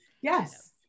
Yes